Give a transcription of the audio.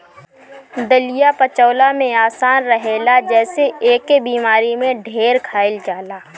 दलिया पचवला में आसान रहेला जेसे एके बेमारी में ढेर खाइल जाला